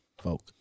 folk